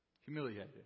humiliated